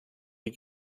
die